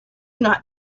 not